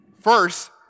First